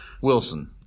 Wilson